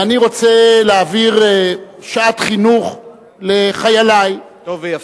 ואני רוצה להעביר שעת חינוך לחיילי, טוב ויפה.